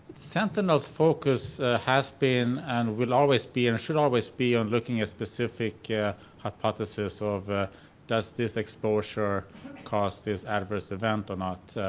sentinel's focus has been and will always be and should always be on looking at specific yeah hypothesis of does this exposure cause this adverse event or not.